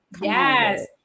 Yes